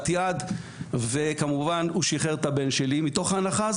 יד וכמובן הוא שחרר את הבן שלי הבכור.